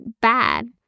bad